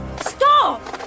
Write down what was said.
Stop